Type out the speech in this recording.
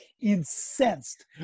incensed